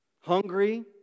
Hungry